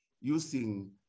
using